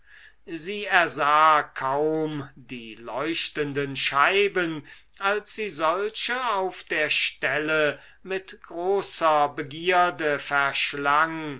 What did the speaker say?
sie ersah kaum die leuchtenden scheiben als sie solche auf der stelle mit großer begierde verschlang